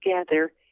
together